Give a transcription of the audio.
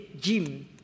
gym